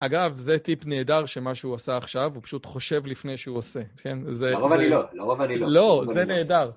אגב, זה טיפ נהדר, שמה שהוא עושה עכשיו, הוא פשוט חושב לפני שהוא עושה, כן? זה... לא, לא, לא, זה נהדר.